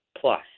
plus